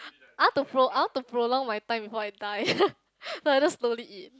I want to pro~ I want to prolong my time before I die so I just slowly eat